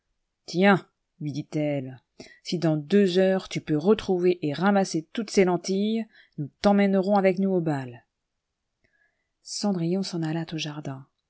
lui dit-elle si dans deux heures tu peux retrouver et ramasser toutes ces lentilles nous t'emmènerons avec nous au bal gendrillon s'en alla au jardin